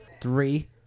Three